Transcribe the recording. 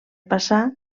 passar